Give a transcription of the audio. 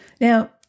Now